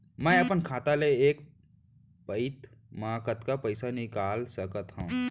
मैं अपन खाता ले एक पइत मा कतका पइसा निकाल सकत हव?